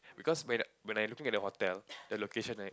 because when when I looking at the hotel the location right